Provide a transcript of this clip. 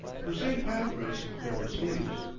for st. pancras never sleeps.